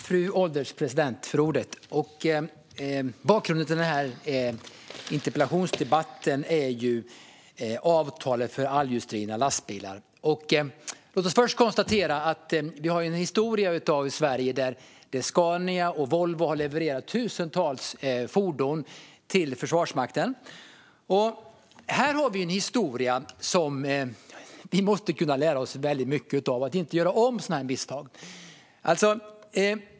Fru ålderspresident! Bakgrunden till denna interpellationsdebatt är avtalet för allhjulsdrivna lastbilar. Låt oss först konstatera att historiskt har Scania och Volvo levererat tusentals fordon till Försvarsmakten. Vi kan lära oss mycket av historien och inte göra om misstagen.